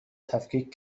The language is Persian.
تفکیک